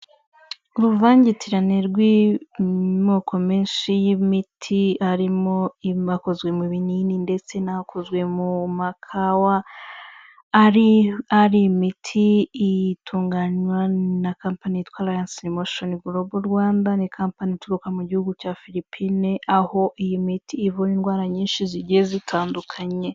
Uruvangitirane rw'amoko menshi y'imiti, arimo ibikozwe mu binini ndetse n'akozwe mu makawa, akaba ari imiti itunganywa na company yitwa ''Alience motion grolobal Rwanda'', ni company ituruka mu gihugu cya Phlipines, aho iyi miti ivura indwara nyinshi zigiye zitandukanye.